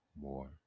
more